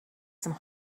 some